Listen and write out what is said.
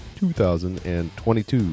2022